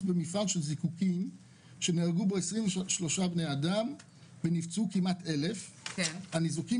במפעל זיקוקים שנהרגו בו 23 בני אדם ונפצעו כמעט 1,000 הניזוקים